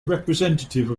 representative